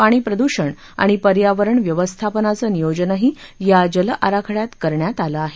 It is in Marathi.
पाणी प्रद्षण आणि पर्यावरण व्यवस्थापनाचं नियोजनही या जल आराखड्यात करण्यात आलं आहे